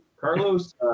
Carlos